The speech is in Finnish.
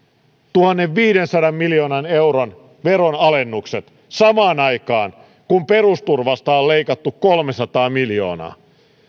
tuhannenviidensadan miljoonan euron veron alennukset samaan aikaan kun perusturvasta on leikattu kolmesataa miljoonaa